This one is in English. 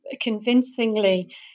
convincingly